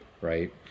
right